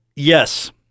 Yes